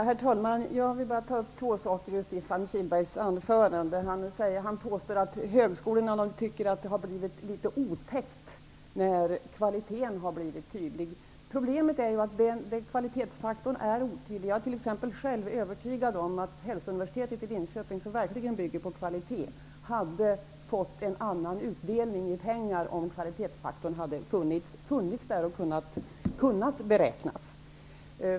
Herr talman! Jag vill ta upp två saker från Stefan Kihlbergs anförande. Han påstod att det blir otäckt när kvaliteten blir tydliggjord. Problemet är att kvalitetsfaktorn är otydlig. Jag är själv övertygad om att Hälsouniversitetet i Linköping, som verkligen bygger på kvalitet, hade fått en annan utdelning i pengar om kvalitetsfaktorn hade kunnat beräknas.